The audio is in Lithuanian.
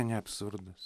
ne absurdas